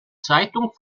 zeitung